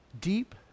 Deep